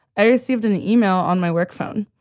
i received an yeah e-mail on my work phone.